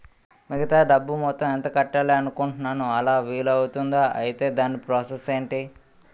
మిగతా డబ్బు మొత్తం ఎంత కట్టాలి అనుకుంటున్నాను అలా వీలు అవ్తుంధా? ఐటీ దాని ప్రాసెస్ ఎంటి?